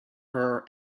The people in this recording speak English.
her